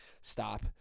stop